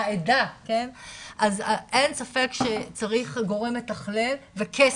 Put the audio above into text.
העדה! אז אין ספק שצריך גורם מתחלל וכסף.